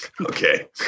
okay